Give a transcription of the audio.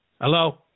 Hello